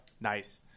Nice